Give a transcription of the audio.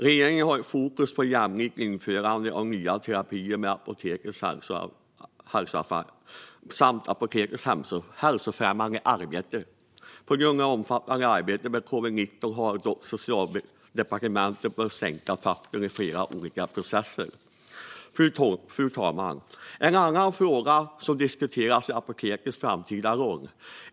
Regeringen har ett fokus på jämlikt införande av nya terapier samt apotekens hälsofrämjande arbete. På grund av det omfattande arbetet med covid-19 har Socialdepartementet dock behövt sänka takten i flera olika processer. Fru talman! En annan fråga som diskuteras är apotekens framtida roll.